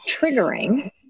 triggering